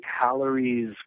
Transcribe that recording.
calories